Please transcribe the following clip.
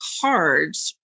cards